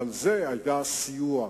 אבל זה היה סיוע.